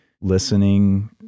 listening